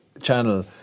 channel